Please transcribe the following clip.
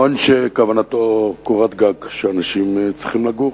מעון שכוונתו קורת-גג לאנשים שצריכים לגור.